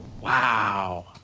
Wow